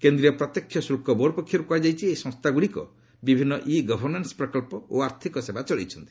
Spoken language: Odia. କେନ୍ଦ୍ରୀୟ ପ୍ରତ୍ୟକ୍ଷ ଶୁଳ୍କ ବୋର୍ଡ୍ ପକ୍ଷରୁ କୁହାଯାଇଛି ଏହି ସଂସ୍ଥାଗୁଡ଼ିକ ବିଭିନ୍ନ ଇ ଗଭର୍ଷାନ୍ୱ ପ୍ରକଳ୍ପ ଓ ଆର୍ଥିକ ସେବା ଚଳାଇଛନ୍ତି